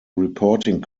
reporting